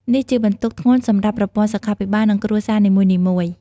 នេះជាបន្ទុកធ្ងន់សម្រាប់ប្រព័ន្ធសុខាភិបាល និងគ្រួសារនីមួយៗ។